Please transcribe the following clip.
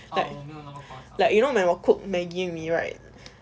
like like you know like will cook maggie mee right